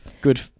Good